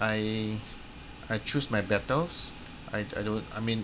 I I choose my battles I I don't I mean